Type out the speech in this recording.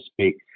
speak